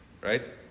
right